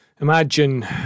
imagine